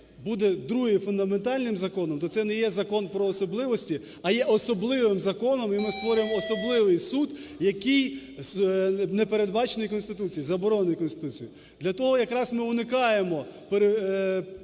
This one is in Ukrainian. буде другим фундаментальним законом, то це не є закон про особливості, а є особливим законом і ми створюємо особливий суд, який непередбачений Конституцією, заборонений Конституцією. Для того якраз ми уникаємо